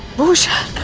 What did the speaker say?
bhushan,